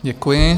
Děkuji.